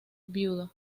viudo